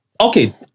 Okay